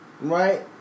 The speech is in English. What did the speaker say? Right